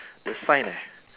the sign ah